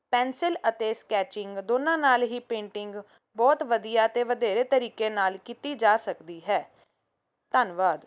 pencil ਅਤੇ sketching ਦੋਨਾਂ ਨਾਲ ਹੀ ਪੇਂਟਿੰਗ ਬਹੁਤ ਵਧੀਆ ਅਤੇ ਵਧੇਰੇ ਤਰੀਕੇ ਨਾਲ ਕੀਤੀ ਜਾ ਸਕਦੀ ਹੈ ਧੰਨਵਾਦ